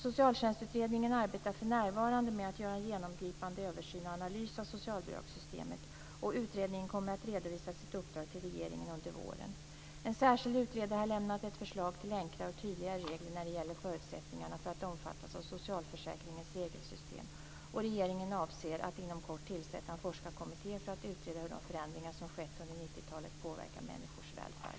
Socialtjänstutredningen arbetar för närvarande med att göra en genomgripande översyn och analys av socialbidragssystemet. Utredningen kommer att redovisa sitt uppdrag till regeringen under våren. En särskild utredare har lämnat ett förslag till enklare och tydligare regler när det gäller förutsättningarna för att omfattas av socialförsäkringens regelsystem . Regeringen avser att inom kort tillsätta en forskarkommitté för att utreda hur de förändringar som skett under 90-talet påverkar människors välfärd.